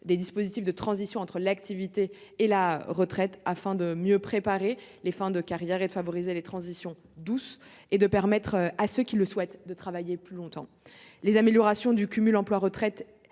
des dispositifs de transition entre l'activité et la retraite, afin de mieux préparer les fins de carrières, de favoriser des transitions douces et de permettre à ceux qui le souhaitent de travailler plus longtemps. Les améliorations du cumul emploi-retraite